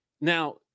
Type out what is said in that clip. Now